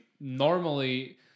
normally